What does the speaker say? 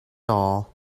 all